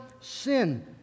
sin